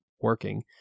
working